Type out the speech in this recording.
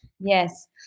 Yes